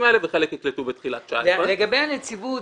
האלה וחלק יקלטו אותם בתחילת 2019. לגבי הנציבות,